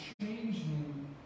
changing